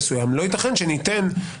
ולכן אני מציע שנשאיר את